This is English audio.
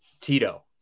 Tito